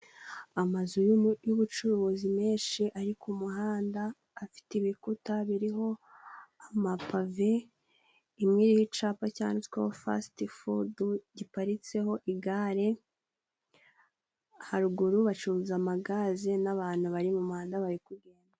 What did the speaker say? Amazu y'ubucuruzi menshi ari ku muhanda, afite ibikuta biriho amapave. Imwe iriho icapa cyanditsweho fasiti fudu giparitseho igare. Haruguru bacuruza amagaze, n'abantu bari mu muhanda bari kugenda.